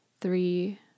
three